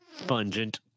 fungent